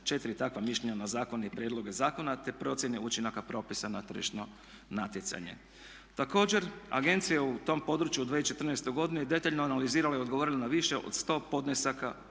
44 takva mišljenja na zakone i prijedloge zakona te procjene učinaka propisa na tržišno natjecanje. Također agencija je u tom području u 2014. godini detaljno analizirala i odgovorila na više od 100 podnesaka